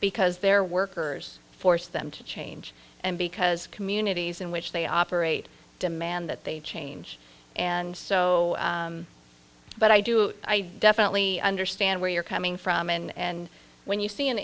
because their workers force them to change and because communities in which they operate demand that they change and so but i do i definitely understand where you're coming from and when you see an